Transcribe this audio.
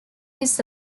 his